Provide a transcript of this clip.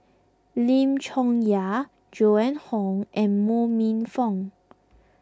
Lim Chong Yah Joan Hon and Mo Ho Minfong